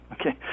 okay